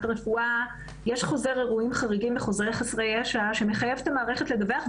רפואה - יש חוזר אירועים חריגים וחוזר חסרי ישע שמחייב את המערכת לדווח.